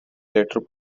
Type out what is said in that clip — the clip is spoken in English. later